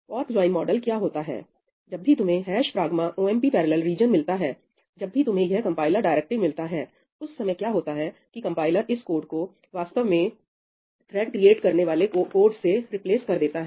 fork join model क्या होता है जब भी तुम्हें pragma omp parallel रीजन मिलता है जब भी तुम्हें यह कंपाइलर डायरेक्टिव मिलता हैउस समय क्या होता है कि कंपाइलर इस कोड को वास्तव में थ्रेड क्रिएट करने वाले कोड से रिप्लेस कर देता है